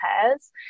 pairs